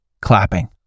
clapping